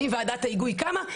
האם ועדת ההיגוי קמה?